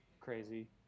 crazy